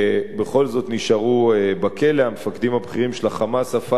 ובכל זאת נשארו בכלא המפקדים הבכירים של ה"חמאס" וה"פתח",